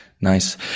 Nice